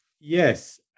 Yes